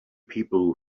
people